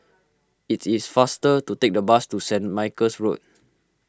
it's is faster to take the bus to Saint Michael's Road